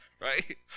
Right